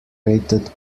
rated